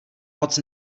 moc